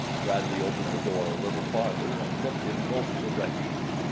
bradley opened the door a little farther and looked in both directions.